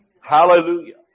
Hallelujah